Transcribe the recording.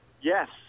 yes